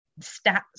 stats